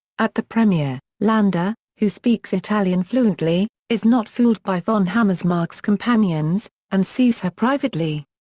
at the premiere, landa, who speaks italian fluently, is not fooled by von hammersmark's companions, and sees her privately.